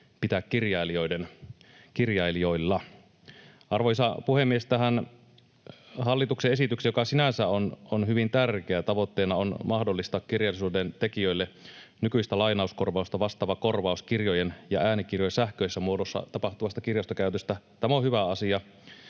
pitää kirjailijoilla. Arvoisa puhemies! Tämän hallituksen esityksen, joka sinänsä on hyvin tärkeä, tavoitteena on mahdollistaa kirjallisuuden tekijöille nykyistä lainauskorvausta vastaava korvaus kirjojen ja äänikirjojen sähköisessä muodossa tapahtuvasta kirjastokäytöstä. Tämä on hyvä asia,